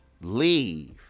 leave